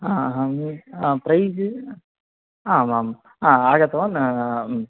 आ आम् प्रैस् आम् आम् आ आगतवान्